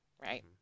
right